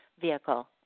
vehicle